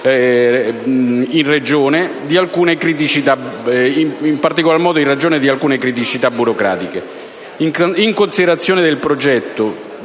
in particolar modo, di alcune criticità burocratiche. In considerazione del progetto